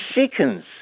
seconds